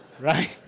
Right